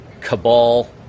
cabal